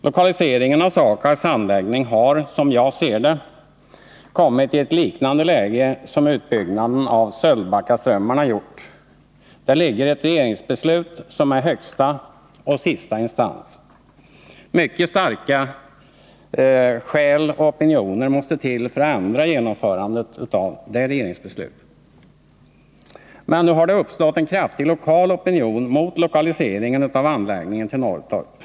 Lokaliseringen av SAKAB:s anläggning har, som jag ser det, kommit i ett läge liknande det som är fallet med utbyggnaden av Sölvbackaströmmarna. Det föreligger ett beslut från regeringen, som är högsta och sista instans. Mycket starka skäl och opinioner måste till för att ändra genomförandet av detta regeringsbeslut. Nu har det uppstått en kraftig lokal opinion mot lokalisering av anläggningen till Norrtorp.